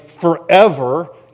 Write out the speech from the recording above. forever